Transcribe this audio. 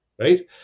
right